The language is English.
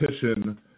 petition